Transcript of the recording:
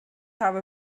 habe